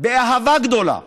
באהבה גדולה.